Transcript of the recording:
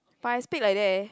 by I speak like that eh